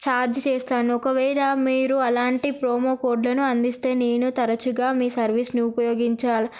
charge చేస్తాను ఒకవేళ మీరు అలాంటి ప్రోమో కోడ్లను అందిస్తే నేను తరచుగా మీ సర్వీస్ను ఉపయోగించాలి